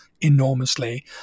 enormously